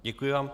Děkuji vám.